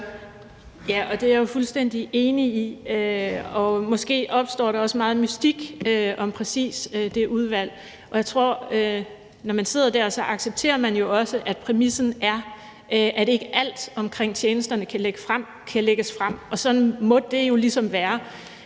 (SF): Det er jeg fuldstændig enig i, og måske opstår der også meget mystik om præcis det udvalg. Jeg tror, at når man sidder der, accepterer man jo også, at præmissen er, at ikke alt omkring tjenesterne kan lægges frem. Sådan må det jo ligesom være.